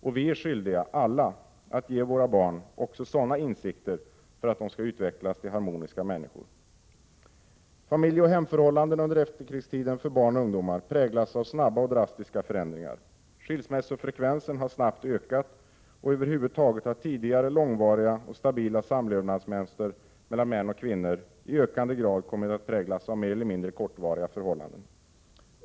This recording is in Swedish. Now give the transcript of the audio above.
Viär alla skyldiga att ge våra barn också sådana insikter för att de skall utvecklas till harmoniska människor. Familjeoch hemförhållandena under efterkrigstiden för barn och ungdomar präglas av snabba och drastiska förändringar. Skilsmässofrekvensen har snabbt ökat, och över huvud taget har tidigare långvariga och stabila former för samlevnad mellan män och kvinnor i ökande grad kommit att ersättas av mer eller mindre kortvariga förhållanden.